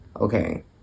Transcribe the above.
Okay